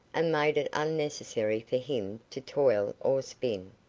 and made it unnecessary for him to toil or spin.